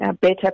better